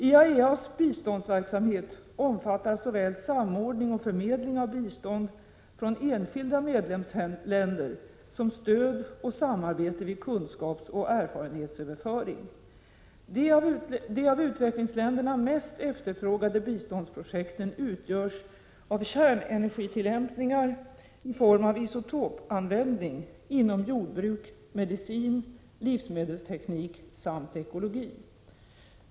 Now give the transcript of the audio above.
IAEA:s biståndsverksamhet omfattar såväl samordning och förmedling av bistånd från enskilda medlemsländer som stöd och samarbete vid kunskapsoch erfarenhetsöverföring. De av utvecklingsländerna mest efterfrågade biståndsprojekten utgörs av kärnenergitillämpningar i form av isotopanvändning inom jordbruk, medicin, livsmedelsteknik och ekologi.